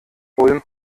ulm